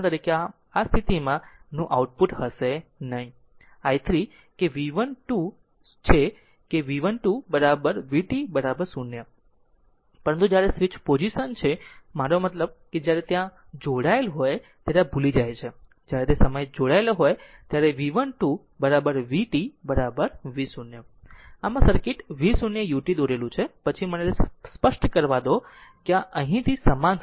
આમ આ સ્થિતિમાં નું આઉટપુટ હશે નહીં i 3 કે v12 0 છે કે v12 v12 vt 0 પરંતુ જ્યારે સ્વીચ પોઝિશન છે મારો મતલબ કે જ્યારે તે ત્યાં જોડાયેલ હોય ત્યારે આ ભૂલી જાય છે જ્યારે તે તે સમયે જોડાયેલ હોય છે v one 2 vt v0 આમ આ સર્કિટ v0 ut દોરેલું છે પછી મને તે સ્પષ્ટ કરવા દો કે આ અહીંથી સમાન સર્કિટ છે